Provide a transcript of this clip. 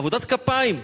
עבודת כפיים.